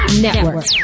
Network